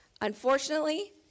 Unfortunately